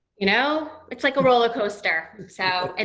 you know, it's like a roller coaster. so, and